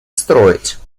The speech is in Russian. строить